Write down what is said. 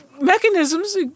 mechanisms